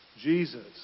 Jesus